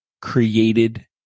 created